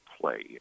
play